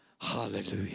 Hallelujah